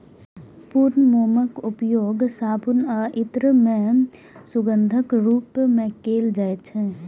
पूर्ण मोमक उपयोग साबुन आ इत्र मे सुगंधक रूप मे कैल जाइ छै